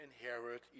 inherit